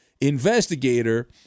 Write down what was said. investigator